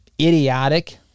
idiotic